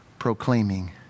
Proclaiming